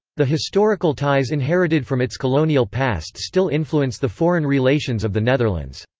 the historical ties inherited from its colonial past still influence the foreign relations of the netherlands.